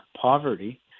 poverty